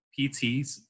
PTs